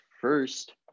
first